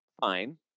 fine